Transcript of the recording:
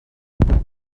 declared